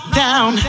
down